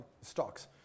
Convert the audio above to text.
stocks